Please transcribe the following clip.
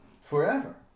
forever